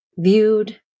viewed